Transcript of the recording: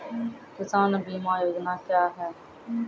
किसान बीमा योजना क्या हैं?